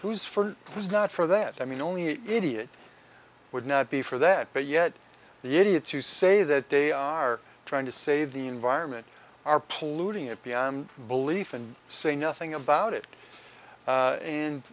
for who's not for that i mean only idiots would not be for that but yet the idiots who say that they are trying to save the environment are polluting it beyond belief and say nothing about it